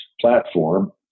platform